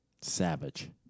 Savage